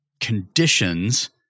conditions